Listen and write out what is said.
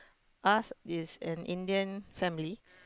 us is an Indian family